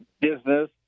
business